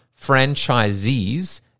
franchisees